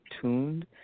tuned